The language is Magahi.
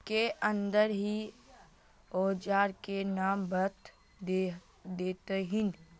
के अंदर ही औजार के नाम बता देतहिन?